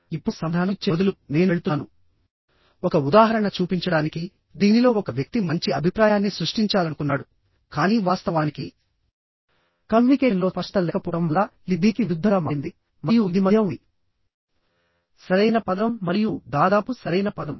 ఇప్పుడు సమాధానం ఇచ్చే బదులు నేను వెళ్తున్నాను ఒక ఉదాహరణ చూపించడానికి దీనిలో ఒక వ్యక్తి మంచి అభిప్రాయాన్ని సృష్టించాలనుకున్నాడు కానీ వాస్తవానికి కమ్యూనికేషన్లో స్పష్టత లేకపోవడం వల్ల ఇది దీనికి విరుద్ధంగా మారింది మరియు ఇది మధ్య ఉంది సరైన పదం మరియు దాదాపు సరైన పదం